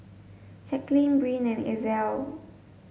Jaclyn Brynn and Ezell